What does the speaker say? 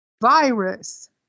virus